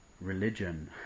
religion